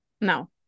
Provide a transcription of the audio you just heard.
No